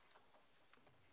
הישיבה ננעלה בשעה